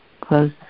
close